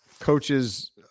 coaches